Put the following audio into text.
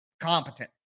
competent